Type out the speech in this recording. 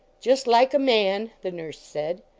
just like a man, the nurse said.